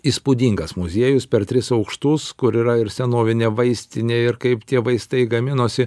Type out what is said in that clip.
įspūdingas muziejus per tris aukštus kur yra ir senovinė vaistinė ir kaip tie vaistai gaminosi